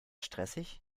stressig